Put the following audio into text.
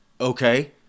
Okay